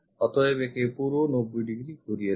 অতএব একে পুরো 90degree ঘুরিয়ে দাও